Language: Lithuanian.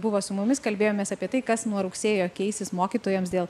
buvo su mumis kalbėjomės apie tai kas nuo rugsėjo keisis mokytojams dėl